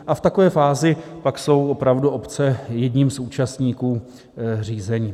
V takové fázi pak jsou opravdu obce jedním z účastníků řízení.